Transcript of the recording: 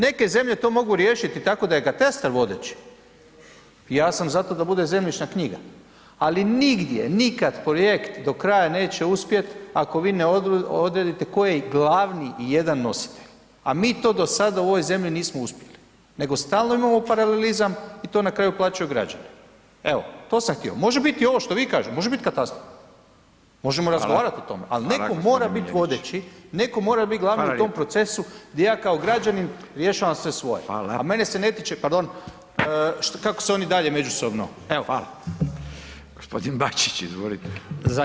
Neke zemlje to mogu riješiti tako da je katastar vodeći, ja sam zato da bude zemljišna knjiga ali nigdje, nikad projekt do kraja neće uspjeti ako ne odredite koji glavni i jedan nositelj a mi to sada u ovoj zemlji nismo uspjeli nego stalno imamo paralelizam i to na kraju plaćaju građani, evo to sam htio, može biti i ovo što vi kaže, može biti katastar, možemo razgovarati o tome ali netko mora biti vodeći, [[Upadica Radin: Hvala g. Miljenić.]] netko mora biti glavni u [[Upadica Radin: Hvala lijepo.]] procesu gdje ja kao građanin rješavam sve svoje [[Upadica Radin: Hvala.]] a mene se ne tiče, pardon, kako se oni dalje međusobno, evo.